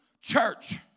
church